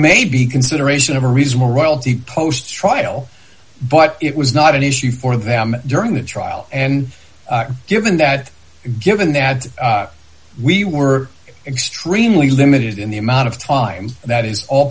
may be consideration of a reason royalty post trial but it was not an issue for them during the trial and given that given that we were extremely limited in the amount of time that is all